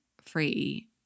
free